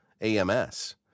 AMS